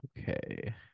Okay